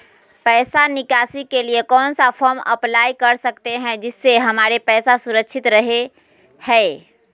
पैसा निकासी के लिए कौन सा फॉर्म अप्लाई कर सकते हैं जिससे हमारे पैसा सुरक्षित रहे हैं?